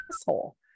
asshole